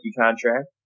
contract